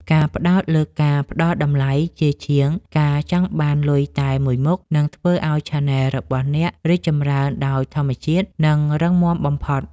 ការផ្ដោតលើការផ្តល់តម្លៃជាជាងការចង់បានលុយតែមួយមុខ នឹងធ្វើឱ្យឆានែលរបស់អ្នករីកចម្រើនដោយធម្មជាតិ និងរឹងមាំបំផុត។